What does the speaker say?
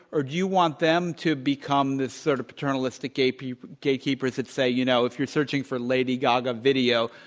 or do you want them to become this sort of paternalistic gatekeepers gatekeepers that say, you know if you're searching for lady gaga video,